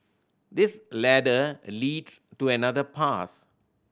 this ladder leads to another path